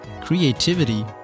creativity